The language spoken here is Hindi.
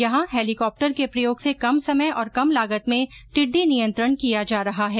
यहॉ हैलीकॉप्टर के प्रयोग से कम समय और कम लागत में टिड्डी नियंत्रण किया जा रहा है